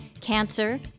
cancer